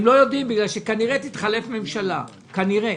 הם לא יודעים בגלל שכנראה תתחלף ממשלה, כנראה,